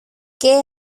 qué